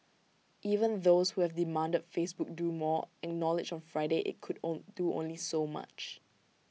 even those who have demanded Facebook do more in knowledge on Friday IT could own do only so much